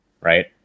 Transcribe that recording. Right